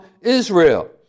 Israel